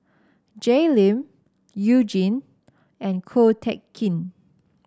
Jay Lim You Jin and Ko Teck Kin